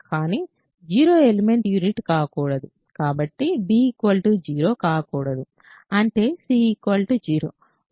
కాబట్టి b 0 కాకూడదు అంటే c 0